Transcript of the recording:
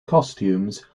costumes